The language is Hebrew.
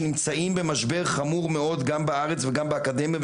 שנמצאים במשבר חמור מאוד גם בארץ וגם באקדמיה,